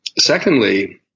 Secondly